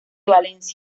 valencia